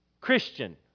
Christian